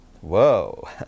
Whoa